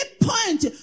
point